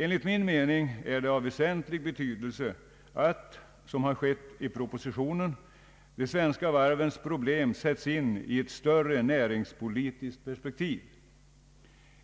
Enligt min mening är det av väsentlig betydelse att — som har skett i propositionen — de svenska varvens problem sätts in i ett större näringspolitiskt perspektiv.